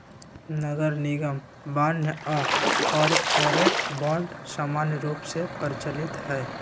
नगरनिगम बान्ह आऽ कॉरपोरेट बॉन्ड समान्य रूप से प्रचलित हइ